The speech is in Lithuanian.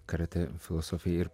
karatė filosofiją ir